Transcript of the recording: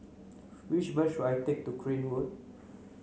which bus should I take to Crane Road